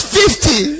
fifty